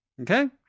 okay